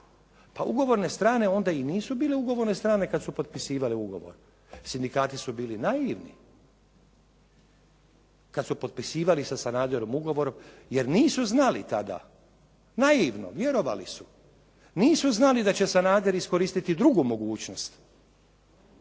Pa ugovorne strane i nisu bile ugovorne strane kad su potpisivale ugovor. Sindikati su bili naivni kad su potpisivali sa Sanaderom ugovor jer nisu znali tada, naivno vjerovali su. Nisu znali da će Sanader iskoristiti drugu mogućnost